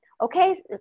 okay